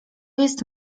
jest